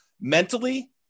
mentally